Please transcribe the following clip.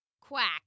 quack